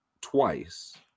twice